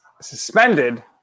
suspended –